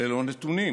ללא נתונים,